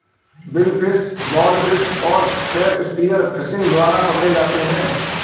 billfish, bonefish और crab spear fishing द्वारा पकड़े जाते हैं